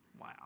Wow